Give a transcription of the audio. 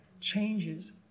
changes